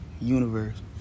universe